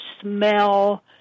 smell